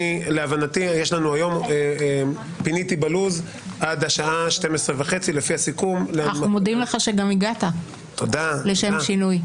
פיניתי היום בלו"ז עד השעה 12:30. אנחנו מודים לך שגם הגעת לשם שינוי.